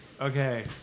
Okay